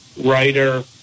writer